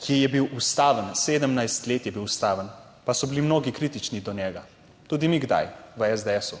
ki je bil ustaven, 17 let je bil ustaven, pa so bili mnogi kritični do njega, tudi mi kdaj v SDS.